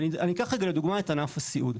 ואני אקח רגע לדוגמה את ענף הסיעוד,